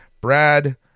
Brad